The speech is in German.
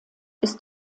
ist